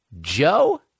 Joe